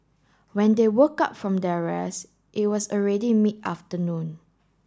when they woke up from their rest it was already mid afternoon